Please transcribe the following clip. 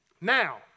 Now